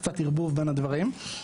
קצת ערבוב בין הדברים.